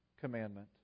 commandment